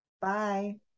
Bye